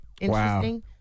Interesting